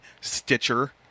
Stitcher